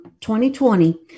2020